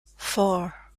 four